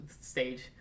stage